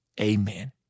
Amen